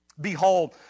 behold